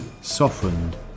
softened